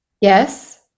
Yes